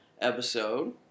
episode